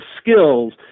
skills